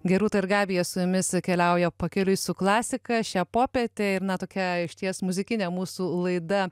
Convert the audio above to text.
gerūta ir gabija su jumis keliauja pakeliui su klasika šią popietę ir na tokia išties muzikinė mūsų laida